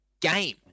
game